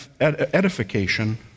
edification